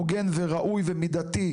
הוגן וראוי ומידתי,